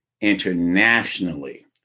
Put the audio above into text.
internationally